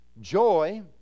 joy